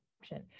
option